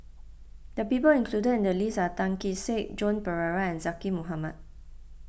the people included in the list are Tan Kee Sek Joan Pereira and Zaqy Mohamad